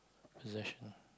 possession